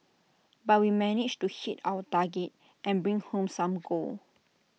but we managed to hit our target and bring home some gold